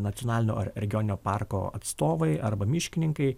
nacionalinio ar regioninio parko atstovai arba miškininkai